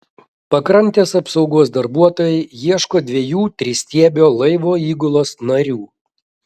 pakrantės apsaugos darbuotojai ieško dviejų tristiebio laivo įgulos narių